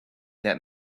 that